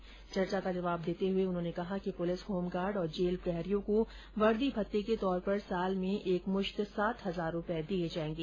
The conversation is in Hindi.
वहीं चर्चा का जवाब देते हुए उन्होंने कहा कि पुलिस होमगार्ड और जेल प्रहरियों को वर्दी भत्ते के तौर पर साल में एक मुश्त सात हजार रूपये दिये जायेंगें